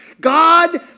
God